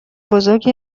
بزرگ